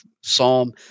psalm